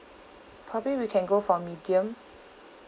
probably we can go for medium